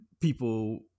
people